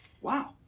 wow